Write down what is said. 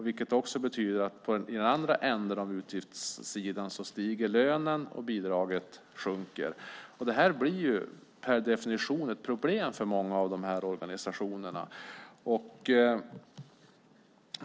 Det betyder att i den andra änden av utgiftssidan stiger lönen och bidraget sjunker. Det blir ett problem för många av de här organisationerna.